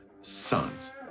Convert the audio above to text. sons